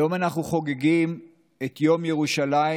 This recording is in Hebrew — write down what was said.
היום אנחנו חוגגים את יום ירושלים,